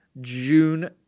June